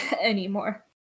anymore